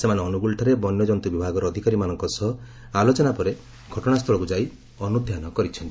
ସେମାନେ ଅନୁଗୁଳଠାରେ ବନ୍ୟଜନ୍ତୁ ବିଭାଗର ଅଧିକାରୀମାନଙ୍କ ସହ ଆଲୋଚନା ପରେ ଘଟଣାସ୍ସଳକୁ ଯାଇ ଅନୁଧ୍ଧାନ କରିଛନ୍ତି